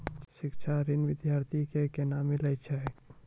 शिक्षा ऋण बिद्यार्थी के कोना मिलै छै?